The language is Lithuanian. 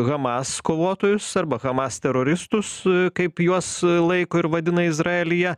hamas kovotojus arba hamas teroristus kaip juos laiko ir vadina izraelyje